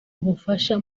ubufasha